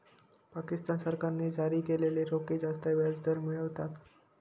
पाकिस्तान सरकारने जारी केलेले रोखे जास्त व्याजदर मिळवतात